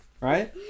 Right